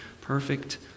perfect